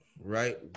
Right